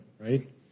right